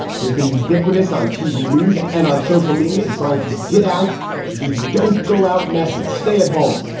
he's been ubiquitous on tv news and on social media and trying to get out the don't go out message, stay at home.